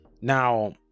Now